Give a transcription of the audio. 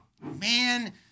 Man